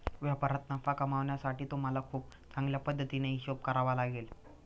व्यापारात नफा कमावण्यासाठी तुम्हाला खूप चांगल्या पद्धतीने हिशोब करावा लागेल